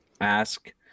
ask